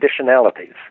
conditionalities